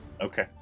Okay